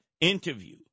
interview